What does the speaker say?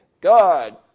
God